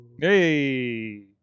Hey